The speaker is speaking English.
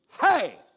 Hey